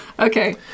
Okay